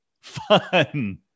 Fun